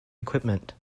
equipment